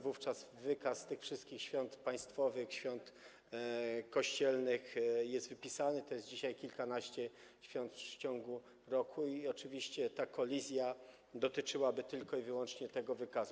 Wówczas wykaz tych wszystkich świąt państwowych, świąt kościelnych został sporządzony, to jest dzisiaj kilkanaście świąt w ciągu roku, i oczywiście ta kolizja dotyczyłaby tylko i wyłącznie tego wykazu.